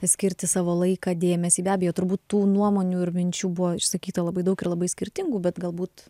skirti savo laiką dėmesį be abejo turbūt tų nuomonių ir minčių buvo išsakyta labai daug ir labai skirtingų bet galbūt